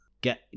Get